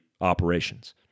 operations